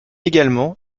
également